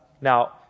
Now